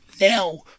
now